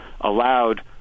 allowed